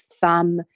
thumb